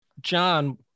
John